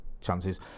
chances